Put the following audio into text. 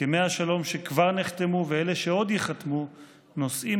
הסכמי השלום שכבר נחתמו ואלה שעוד ייחתמו נושאים